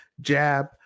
jab